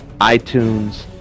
iTunes